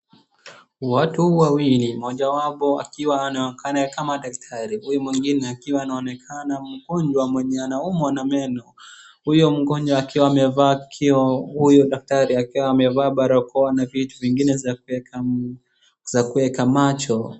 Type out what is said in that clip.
Watu wawili mojawapo akiwa anaonekana kama daktari, huu mwingine akiwa anaonekana mgonjwa mwenye anaumwa na meno. Huyo mgonjwa akiwa amevaa kioo, huyu daktari akiwa amevaa barakoa na vitu vingine za kueka macho.